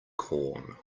corn